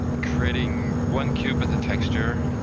creating one cube with a texture,